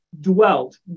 dwelt